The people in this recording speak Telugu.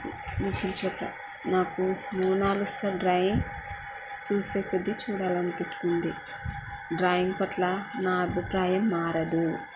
నిఖిల్ చోప్రా నాకు మోనాలీసా డ్రాయింగ్ చూసే కొద్ది చూడాలనిపిస్తుంది డ్రాయింగ్ పట్ల నా అభిప్రాయం మారదు